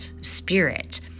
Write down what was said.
spirit